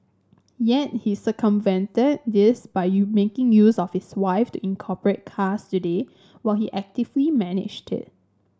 yet he circumvented this by you making use of his wife to incorporate Cars Today while he actively managed it